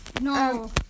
No